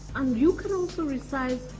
um you can also resize